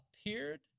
appeared